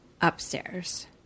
upstairs